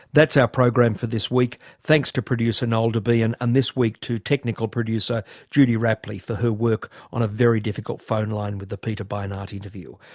that's our program for this week. thanks to producer noel debien and and this week to technical producer judy rapley for her work on a very difficult phone line with the peter beinart interview.